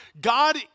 God